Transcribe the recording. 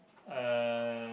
uh